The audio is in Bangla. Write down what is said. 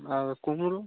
আর কুমড়ো